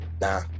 nah